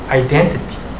identity